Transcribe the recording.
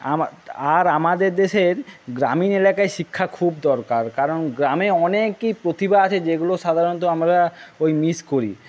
আমার আর আমাদের দেশের গ্রামীণ এলাকায় শিক্ষা খুব দরকার কারণ গ্রামে অনেকই প্রতিভা আছে যেগুলো সাধারণত আমরা ওই মিস করি